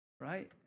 Right